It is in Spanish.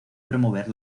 promover